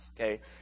okay